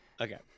Okay